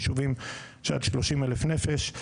יישובים של עד 30,000 נפש.